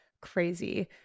crazy